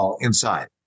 inside